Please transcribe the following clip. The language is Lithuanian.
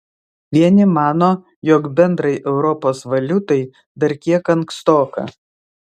vieni mano jog bendrai europos valiutai dar kiek ankstoka